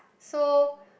so